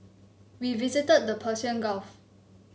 we visited the Persian Gulf